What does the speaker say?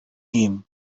him